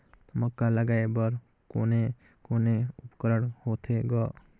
मक्का ला लगाय बर कोने कोने उपकरण होथे ग?